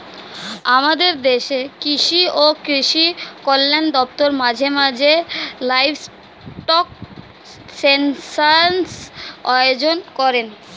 আমাদের দেশের কৃষি ও কৃষি কল্যাণ দপ্তর মাঝে মাঝে লাইভস্টক সেন্সাস আয়োজন করেন